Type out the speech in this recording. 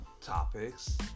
topics